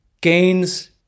gains